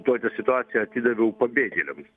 tokią situaciją atidaviau pabėgėliams